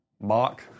mock